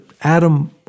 Adam